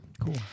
Cool